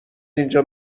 اینجا